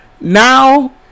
Now